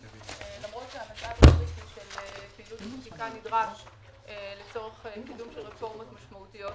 זאת בכפוף לכל הכללים הנדרשים לצורך תקצוב במסגרת התקציב ההמשכי,